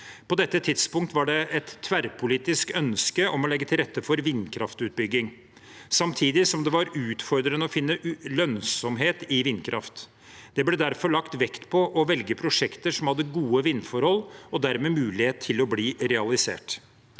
På dette tidspunktet var det et tverrpolitisk ønske om å legge til rette for vindkraftutbygging, samtidig som det var utfordrende å finne lønnsomhet i vindkraft. Det ble derfor lagt vekt på å velge prosjekter som hadde gode vindforhold og dermed mulighet til å bli realisert.